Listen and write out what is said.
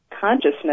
Consciousness